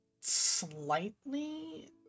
slightly